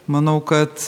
manau kad